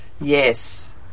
Yes